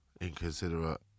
inconsiderate